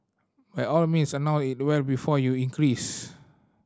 by all means announce it well before you increase